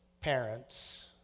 parents